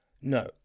No